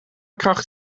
kracht